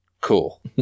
cool